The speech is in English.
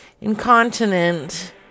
incontinent